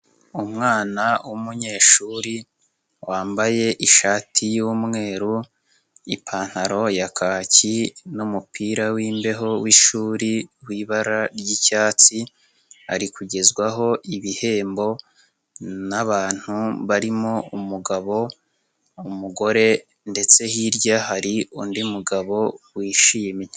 Umwana w'umunyeshuri wambaye ishati y'umweru ipantaro ya kaki n'umupira wimbeho wishuri wibara ry'icyatsi ari kugezwaho ibihembo n'abantu barimo umugabo, umugore ndetse hirya hari undi mugabo wishimye.